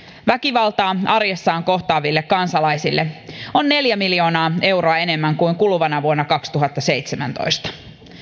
väkivaltaa arjessaan kohtaaville kansalaisille on neljä miljoonaa euroa enemmän kuin kuluvana vuonna kaksituhattaseitsemäntoista